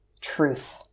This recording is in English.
truth